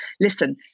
listen